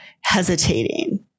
hesitating